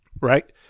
right